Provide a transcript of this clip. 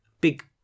big